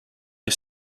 est